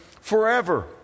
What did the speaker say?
forever